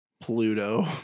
Pluto